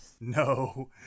No